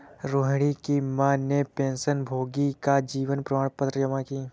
रोहिणी की माँ ने पेंशनभोगी का जीवन प्रमाण पत्र जमा की